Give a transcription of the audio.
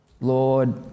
Lord